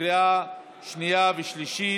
בקריאה שנייה ושלישית.